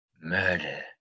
murder